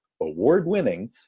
award-winning